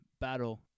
battle